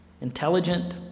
Intelligent